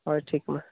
ᱦᱳᱭ ᱴᱷᱤᱠ ᱢᱟ